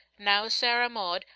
now, sarah maud,